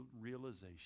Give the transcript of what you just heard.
realization